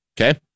Okay